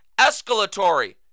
escalatory